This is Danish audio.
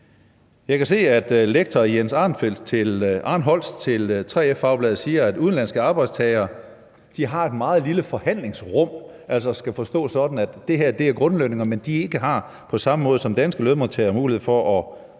Jeg kan se, at lektor Jens Arnholtz til Fagbladet 3F siger, at udenlandske arbejdstagere har et meget lille forhandlingsrum. Det skal forstås sådan, at det her er grundlønninger, men de har ikke på samme måde som danske lønmodtagere mulighed for at